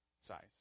size